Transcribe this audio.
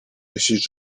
myślisz